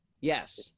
Yes